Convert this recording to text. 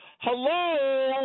Hello